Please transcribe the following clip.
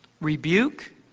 rebuke